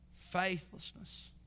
Faithlessness